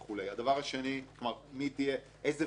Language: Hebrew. הדבר השני, איזו ועדת מכרזים,